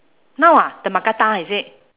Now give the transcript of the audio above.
no ah the mookata is it